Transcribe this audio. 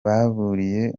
bahuriye